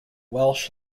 welsh